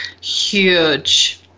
Huge